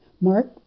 mark